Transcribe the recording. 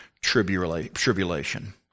Tribulation